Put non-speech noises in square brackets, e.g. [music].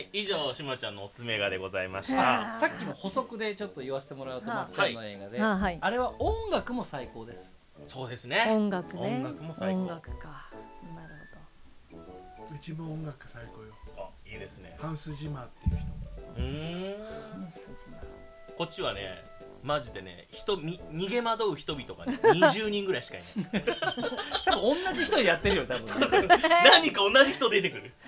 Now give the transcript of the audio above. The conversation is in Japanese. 以上、島ちゃんのおすすめ映画でございました。 [laughs] さっきの補足でちょっと言わせてもらうと、 [laughs] はい。マッチョンの映画で、あ、 [laughs] はい。 あれは音楽も最高です。そうですね。音楽ね。音楽も最高。音楽か。なるほど。うちも音楽最高よ。あ、いいですね。ハンス・ジマーっていう人。うーん。ハンス・ジマー。こっちはね、マジでね、人み- 逃げ惑う人々がね、 [laughs] 20人ぐらいしかいない。 [laughs] 多分同じ人やってるよ、多分。 [laughs] 何か同じ人出てくる。 [laughs]